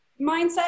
mindset